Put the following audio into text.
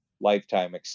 lifetime